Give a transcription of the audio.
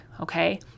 okay